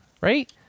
Right